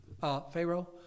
Pharaoh